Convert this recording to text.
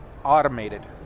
automated